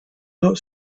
not